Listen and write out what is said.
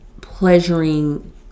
pleasuring